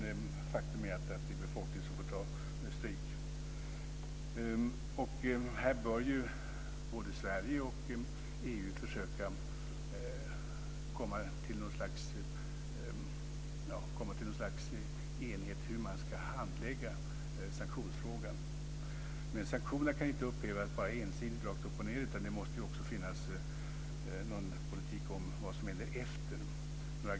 Men faktum är att det är befolkningen som får ta stryk. Sverige och EU bör försöka komma till något slags enighet kring hur man ska handlägga sanktionsfrågan. Men sanktionerna kan inte bara upphävas ensidigt rakt upp och ned. Det måste också finnas någon politik om vad som händer efter.